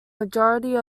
majority